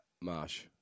Marsh